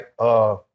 right